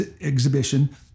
exhibition